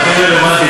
זה הכי רלוונטי,